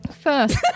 First